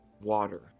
water